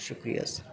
شکریہ سر